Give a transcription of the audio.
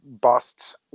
busts